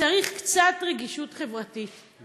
צריך קצת רגישות חברתית.